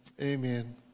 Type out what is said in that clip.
Amen